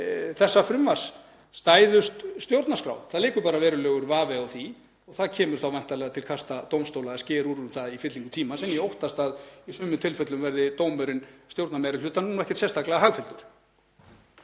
þessa frumvarps standist stjórnarskrá. Það leikur verulegur vafi á því og það kemur þá væntanlega til kasta dómstóla að skera úr um það í fyllingu tímans. En ég óttast að í sumum tilfellum verði dómurinn stjórnarmeirihlutanum ekkert sérstaklega hagfelldur.